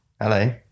Hello